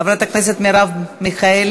חברת הכנסת מרב מיכאלי,